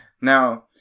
Now